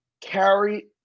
carry